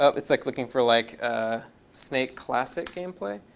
um it's like looking for like ah snake classic game play.